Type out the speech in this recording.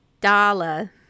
Dala